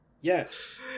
Yes